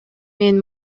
мен